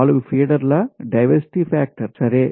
నాలుగు ఫీడర్ల diversity factor సరే